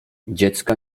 dziecka